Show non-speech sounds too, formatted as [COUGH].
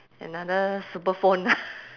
another super phone [LAUGHS]